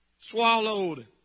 swallowed